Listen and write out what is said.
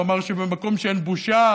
והוא אמר שבמקום שאין בושה